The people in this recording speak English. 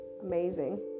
amazing